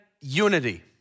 unity